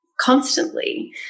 constantly